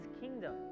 kingdom